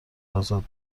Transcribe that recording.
ازاد